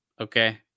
okay